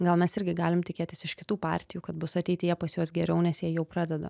gal mes irgi galim tikėtis iš kitų partijų kad bus ateityje pas juos geriau nes jie jau pradeda